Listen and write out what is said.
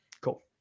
cool